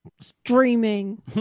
streaming